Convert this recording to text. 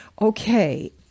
Okay